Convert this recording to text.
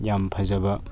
ꯌꯥꯝ ꯐꯖꯕ